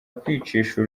kwicisha